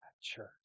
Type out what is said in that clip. church